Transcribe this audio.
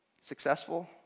Successful